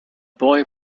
boy